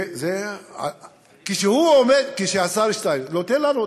זה, מדינות ערב, כשהשר שטייניץ, לא, תן לנו.